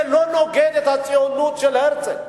זה לא נוגד את הציונות של הרצל.